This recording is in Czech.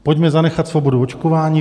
Pojďme zanechat svobodu očkování.